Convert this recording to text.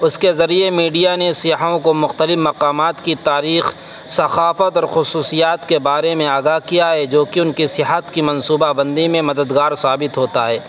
اس کے ذریعے میڈیا نے سیاحوں کو مختلف مقامات کی تاریخ ثقافت اور خصوصیات کے بارے میں آگاہ کیا ہے جوکہ ان کے سیاحت کی منصوبہ بندی میں مددگار ثابت ہوتا ہے